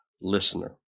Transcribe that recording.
listener